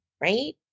right